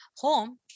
home